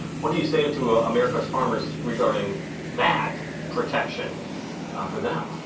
what do you say to ah america's farmers, regarding that protection for them?